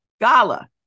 Gala